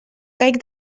caic